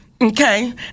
okay